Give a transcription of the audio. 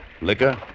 Liquor